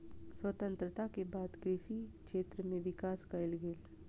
स्वतंत्रता के बाद कृषि क्षेत्र में विकास कएल गेल